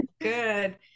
Good